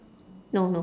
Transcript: no no